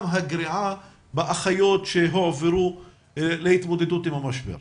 הגריעה באחיות שהועברו להתמודדות עם המשבר.